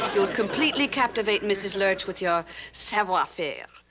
you'll completely captivate mrs. lurch with your savoir-faire.